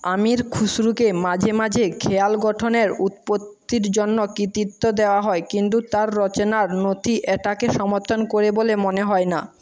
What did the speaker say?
আমির খুসরুকে মাঝে মাঝে খেয়াল গঠনের উৎপত্তির জন্য কৃতিত্ব দেওয়া হয় কিন্তু তার রচনার নথি এটাকে সমর্থন করে বলে মনে হয় না